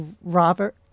Robert